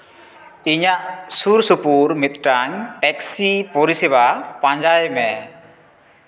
ᱤᱧᱟᱜ ᱥᱩᱨᱼᱥᱩᱯᱩᱨ ᱢᱤᱫᱴᱟᱱ ᱴᱮᱠᱥᱤ ᱯᱚᱨᱤᱥᱮᱵᱟ ᱯᱟᱸᱡᱟᱭ ᱢᱮ